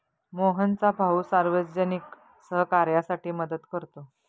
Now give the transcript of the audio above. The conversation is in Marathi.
मोहनचा भाऊ सार्वजनिक सहकार्यासाठी मदत करतो